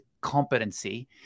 competency